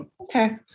Okay